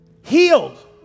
healed